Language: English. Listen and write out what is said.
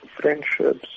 friendships